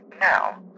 Now